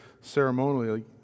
ceremonially